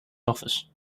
office